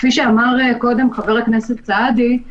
כפי שאמר קודם חבר הכנסת סעדי,